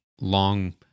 long